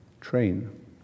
train